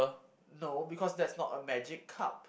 no because that's not a magic cup